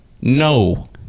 No